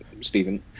Stephen